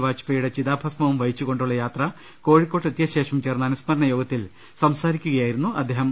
വാജ്പേയുടെ ചിതാഭസ്മവും വഹിച്ചുകൊണ്ടുള്ള യാത്ര കോഴിക്കോട്ട് എത്തിയ ശേഷം ചേർന്ന അനുസ്മരണ യോഗത്തിൽ സംസാരിക്കുകയായി രുന്നു അദ്ദേഹം